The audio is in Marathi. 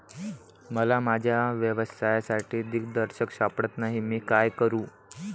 मला माझ्या व्यवसायासाठी दिग्दर्शक सापडत नाही मी काय करू?